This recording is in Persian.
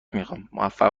میخوامموفق